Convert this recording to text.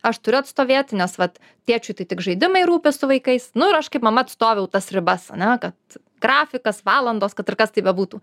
aš turiu atstovėti nes vat tėčiui tai tik žaidimai rūpi su vaikais nu ir aš kaip mama atstoviu tas ribas ane kad grafikas valandos kad ir kas tai bebūtų